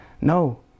No